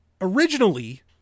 originally